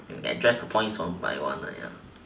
ya you just point some by one ah ya